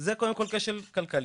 זה קודם כל, כשל כלכלי,